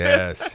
Yes